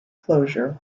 closure